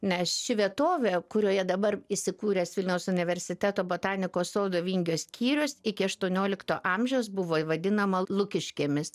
nes ši vietovė kurioje dabar įsikūręs vilniaus universiteto botanikos sodo vingio skyrius iki aštuoniolikto amžiaus buvo vadinama lukiškėmis